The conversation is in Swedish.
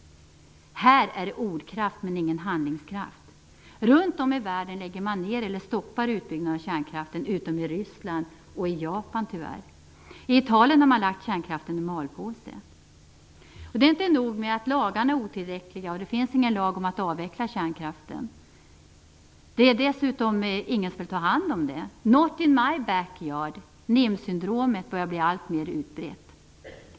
Här finns ordkraft men ingen handlingskraft. Runt om i världen lägger man ner kärnkraften eller stoppar utbyggnaden av den - förutom i Ryssland och Japan, tyvärr. I Italien har man lagt kärnkraften i malpåse. Det är inte nog med att lagarna är otillräckliga och att det inte finns någon lag om att avveckla kärnkraften. Det finns dessutom ingen som vill ta hand om det här. Not in my backyard, NIMB-syndromet, börjar bli alltmer utbrett.